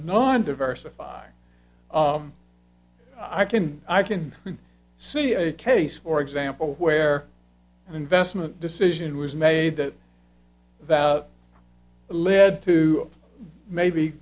non diversify i can i can see a case for example where an investment decision was made that that led to maybe